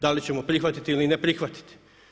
Da li ćemo prihvatiti ili ne prihvatiti?